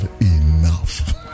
enough